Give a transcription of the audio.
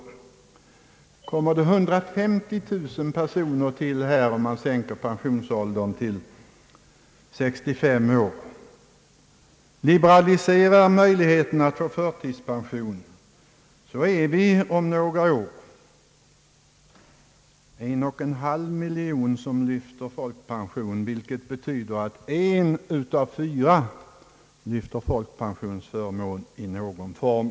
Tillkommer 150 000 personer om man sänker pensionsåldern till 65 år och liberaliserar möjligheterna att få förtidspension är vi om några år en och en halv miljon som lyfter folkpension, vilket betyder att en av fyra åtnjuter folkpensionsförmån i någon form.